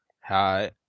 Hi